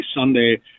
Sunday